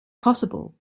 possible